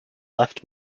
left